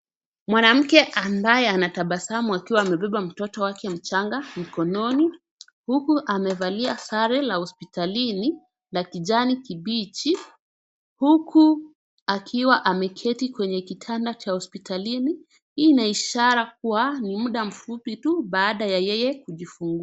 Mwanamke ambaye anatabasamu akiwa amebeba mtoto wake mchanga mkononi, huku amevalia sare la hospitalini la kijani kibichi, huku akiwa ameketi kwenye kitanda cha hospitalini. Hi inaishara kuwa ni muda mfupi tu baada ya yeye kujifungua.